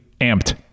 amped